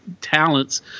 talents